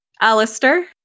Alistair